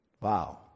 Wow